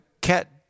cat